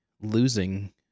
losing